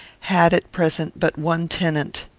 had at present but one tenant.